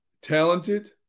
Talented